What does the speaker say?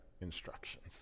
instructions